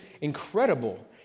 incredible